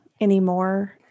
anymore